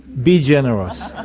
be generous.